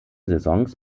saisons